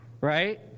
right